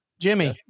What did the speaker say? Jimmy